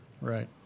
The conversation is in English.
Right